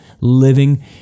living